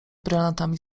brylantami